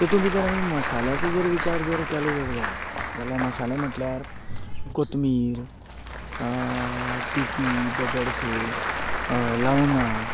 तितूंत भितर आमी मसाल्याचो जर विचार जर केलो जार जायत जाल्यार मसालो म्हटल्यार कोथंमीर तिकी दगड फूल लवंगां